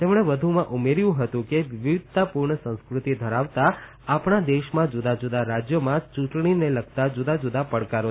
તેમણે વધુમાં ઉમેર્યું હતું કે વિવિધતાપૂર્ણ સંસ્કૃતિ ધરાવતા આપણા દેશમાં જુદા જુદા રાજ્યોના ચૂંટણીને લગતા જુદા જુદા પડકારો છે